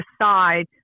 decide